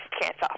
cancer